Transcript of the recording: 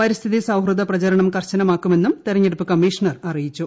പരിസ്ഥിതി സൌഹൃദ പ്രചരണം കർശനമാക്കുമെന്നും തെരഞ്ഞെടുപ്പ് കമ്മീഷണർ അറിയിച്ചു